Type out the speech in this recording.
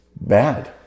bad